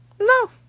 No